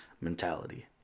mentality